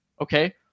okay